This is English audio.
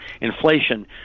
inflation